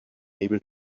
able